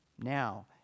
Now